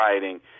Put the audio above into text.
writing